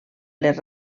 les